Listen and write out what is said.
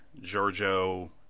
Giorgio